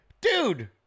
dude